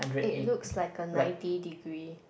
it looks like a ninety degree